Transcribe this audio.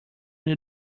new